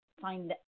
find